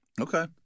Okay